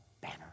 banner